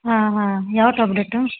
ಹಾಂ ಹಾಂ ಯಾವ ಟ್ಯಾಬ್ಲೆಟ್ಟು